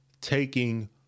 taking